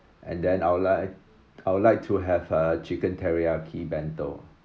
and then I would like I would like to have a chicken teriyaki bento